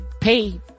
Pay